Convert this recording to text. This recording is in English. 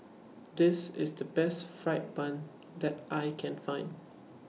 This IS The Best Fried Bun that I Can Find